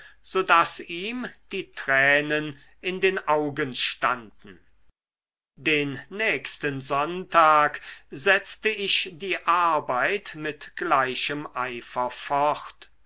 so daß ihm die tränen in den augen standen den nächsten sonntag setzte ich die arbeit mit gleichem eifer fort